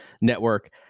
network